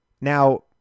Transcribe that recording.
Now